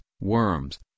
worms